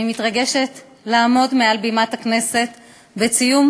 אני מתרגשת לעמוד מעל בימת הכנסת בציון